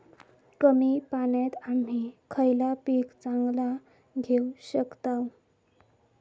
कमी पाण्यात आम्ही खयला पीक चांगला घेव शकताव?